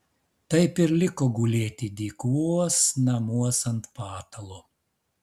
taip ir liko gulėti dykuos namuos ant patalo